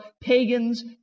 pagans